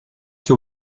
che